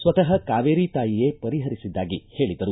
ಸ್ವತಃ ಕಾವೇರಿ ತಾಯಿಯೇ ಪರಿಹರಿಸಿದ್ದಾಗಿ ಹೇಳಿದರು